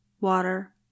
water